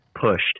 pushed